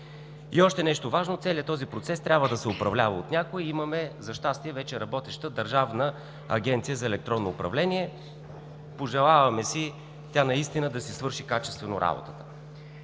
Още нещо важно – целият този процес трябва да се управлява от някой и за щастие вече имаме работеща Държавна агенция за електронно управление. Пожелаваме си тя наистина да си свърши качествено работата.